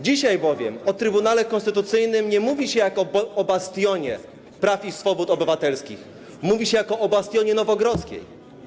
Dzisiaj bowiem o Trybunale Konstytucyjnym nie mówi się jako o bastionie praw i swobód obywatelskich, mówi się jako o bastionie Nowogrodzkiej.